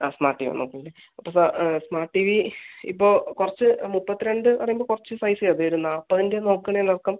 ആ smart T V നോക്കേണ്ടത് അപ്പോൾ സാർ ആ സ്മാർട്ട് ടി വി ഇപ്പോൾ കുറച്ച് മുപ്പത്തിരണ്ട് പറയുമ്പോൾ കുറച്ച് പൈസ അത് വരും നാൽപ്പതിൻ്റ നോക്കണമെങ്കിൽ നോക്കാം